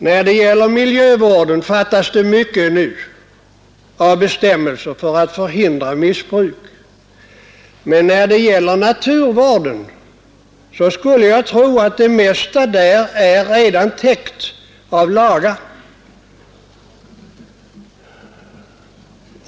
När det gäller miljövården fattas det ännu mycket av bestämmelser för att förhindra missbruk, men när det gäller naturvården skulle jag tro att det mesta redan är täckt av lagar.